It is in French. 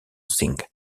singh